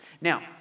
Now